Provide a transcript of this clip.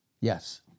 Yes